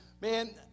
man